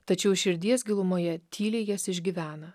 tačiau širdies gilumoje tyliai jas išgyvena